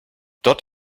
dort